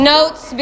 Notes